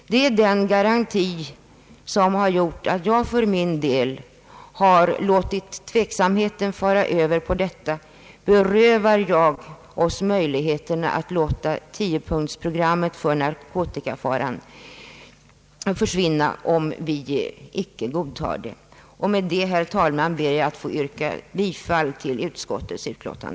Det är den garanti som har gjort att jag för min del låtit tveksamheten föras över på frågan: Berövar vi oss möjligheten att låta tiopunktsprogrammet mot narkotikafaran få full effekt om vi icke godtar telefonavlyssningen? Med det anförda, herr talman, ber jag att få yrka bifall till utskottets hemställan.